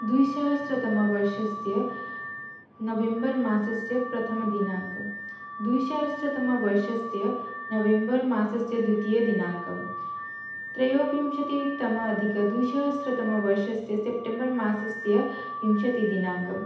द्विसहस्रतमवर्षस्य नवेम्बर्मासस्य प्रथमदिनाङ्कः द्विसहस्रतमवर्षस्य नवेम्बर्मासस्य द्वितीयदिनाङ्कः त्रयोविंशतितम अधिक द्विसहस्रतमवर्षस्य सेप्टेम्बर्मासस्य विंशतिदिनाङ्कः